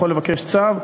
לבקש צו,